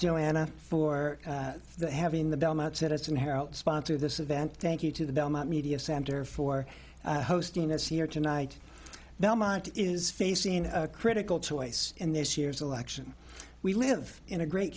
joanna for the having the belmont citizen herald sponsor of this event thank you to the belmont media center for hosting us here tonight belmont is facing a critical choice in this year's election we live in a great